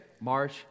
March